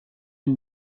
une